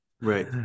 right